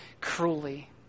cruelly